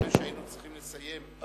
שב-17:00 היינו צריכים לסיים.